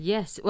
Yes